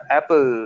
Apple